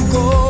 go